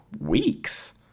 weeks